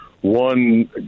one